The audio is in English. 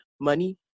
money